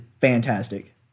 fantastic